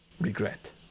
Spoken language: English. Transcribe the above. regret